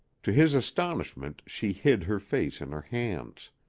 to his astonishment she hid her face in her hands.